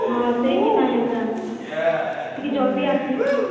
ହଁ ସେଥିପାଇଁ ଏକା ଟିକେ ଜଲ୍ଦି ଆସନ୍ତୁ